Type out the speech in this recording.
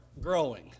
growing